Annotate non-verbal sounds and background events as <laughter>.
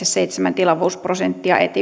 <unintelligible> seitsemän tilavuusprosenttia